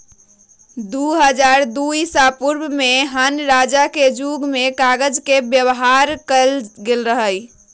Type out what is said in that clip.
दू हज़ार दू ईसापूर्व में हान रजा के जुग में कागज के व्यवहार कएल गेल रहइ